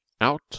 out